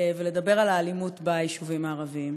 ולדבר על האלימות ביישובים הערביים.